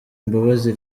mbabazi